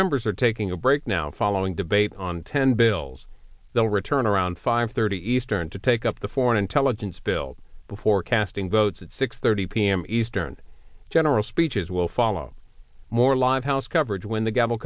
members are taking a break now following debate on ten bills they'll return around five thirty eastern to take up the foreign intelligence bill before casting votes at six thirty p m eastern general speeches will follow more live house coverage when the ga